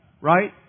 Right